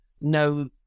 No